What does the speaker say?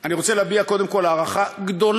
אני רוצה להביע, קודם כול, הערכה גדולה